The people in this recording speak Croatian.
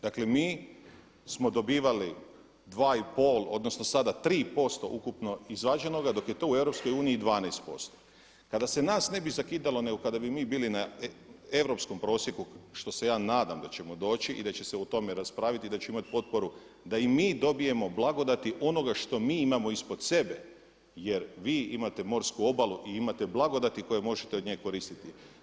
Dakle mi smo dobivali 2,5 odnosno sada 3% ukupno izvađenoga dok je to u EU 12%. kada se nas ne bi zakidalo nego kada bi mi bili na europskom prosjeku što se ja nadam da ćemo doći i da će se o tome raspraviti i da će imati potporu da i mi dobijemo blagodati onoga što mi imamo ispod sebe jer vi imate morsku obalu i imate blagodati koje možete od nje koristiti.